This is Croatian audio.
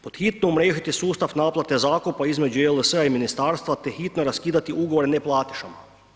Pod hitno umrežiti sustav naplate zakupa između JLS-a i ministarstva te hitno raskidati ugovore neplatišama.